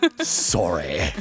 sorry